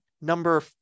number